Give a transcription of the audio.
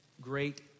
great